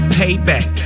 payback